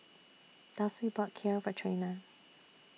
Dulce bought Kheer For Trena